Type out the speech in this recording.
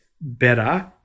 better